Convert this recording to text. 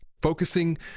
Focusing